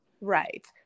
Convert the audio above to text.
Right